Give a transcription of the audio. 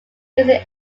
using